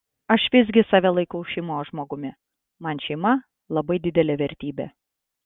aš visgi save laikau šeimos žmogumi man šeima labai didelė vertybė